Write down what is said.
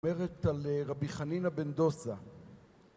אני מדברת על רבי חנינה בן דוסא.